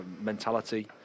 mentality